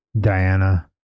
Diana